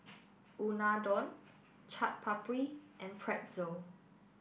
Unadon Chaat Papri and Pretzel